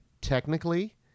technically